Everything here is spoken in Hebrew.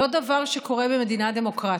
זה לא דבר שקורה במדינה דמוקרטית.